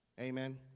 Amen